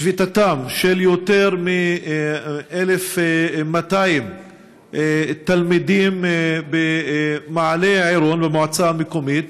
לשביתתם של יותר מ-1,200 תלמידים במעלה עירון והמועצה המקומית.